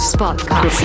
podcast